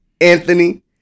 Anthony